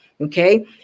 Okay